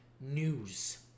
news